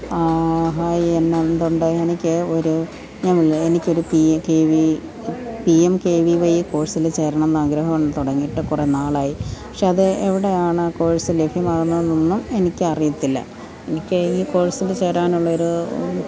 hi എന്ന് എന്താ എനിക്ക് ഒരു ഞാൻ പറഞ്ഞില്ലേ എനിക്ക് ഒരു P K V P M K V Y കോഴ്സിനു ചേരണം എന്ന് ആഗ്രഹം തുടങ്ങിയിട്ട് കുറെ നാളായി പക്ഷേ അത് എവിടെയാണ് കോഴ്സ് ലഭ്യമാകുന്നതൊന്നും എനിക്കറിയത്തില്ല എനിക്ക് ഈ കോഴ്സിനു ചേരാനുള്ള ഒരു